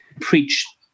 preach